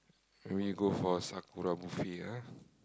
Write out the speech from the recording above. we go for Sakura buffet ah